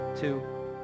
two